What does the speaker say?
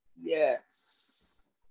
Yes